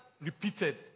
repeated